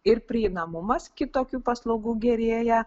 ir prieinamumas kitokių paslaugų gerėja